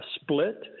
split